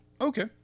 Okay